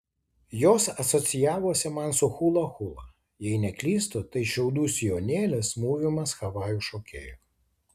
jos asocijavosi man su hula hula jei neklystu tai šiaudų sijonėlis mūvimas havajų šokėjų